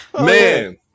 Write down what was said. man